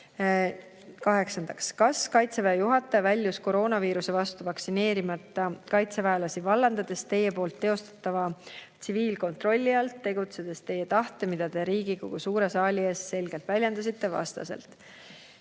"Kas kaitseväe juhataja väljus koroonaviiruse vastu vaktsineerimata kaitseväelasi vallandades Teie poolt teostava tsiviilkontrolli alt, tegutsedes Teie tahte, mida Te Riigikogu suure saali ees selgelt väljendasite, vastaselt?"